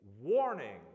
warning